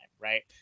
right